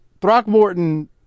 Throckmorton